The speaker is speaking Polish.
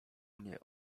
mnie